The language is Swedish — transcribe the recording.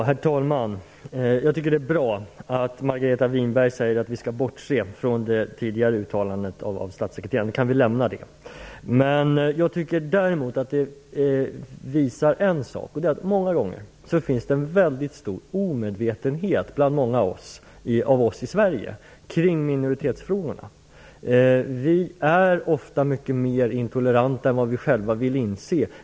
Herr talman! Jag tycker att det är bra att Margareta Winberg säger att vi skall bortse från det tidigare uttalandet av statssekreteraren. Vi kan lämna det. Jag tycker däremot att det visar en sak. Många gånger finns det en väldigt stor omedvetenhet bland många av oss i Sverige kring minoritetsfrågorna. Vi är ofta mycket mer intoleranta än vad vi själva vill inse.